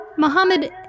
Mohammed